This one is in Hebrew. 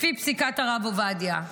לפי פסיקת הרב עובדיה: